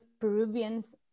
Peruvians